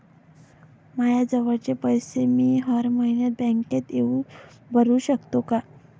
मायाजवळचे पैसे मी हर मइन्यात बँकेत येऊन भरू सकतो का?